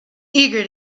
eager